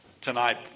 tonight